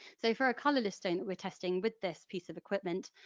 so for a colourless stone we're testing with this piece of equipment,